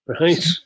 right